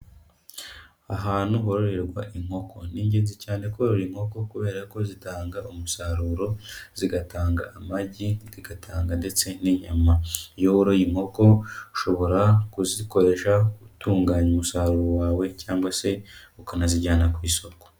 Ahantu hororerwa inkoko. Ni ingenzi cyane korora inkoko kubera ko zitanga umusaruro, zigatanga amagi, zigatanga ndetse n'inyama. Iyo woroye inkoko ushobora kuzikoresha utunganya umusaruro wawe cyangwa se ukanazijyana ku isoko.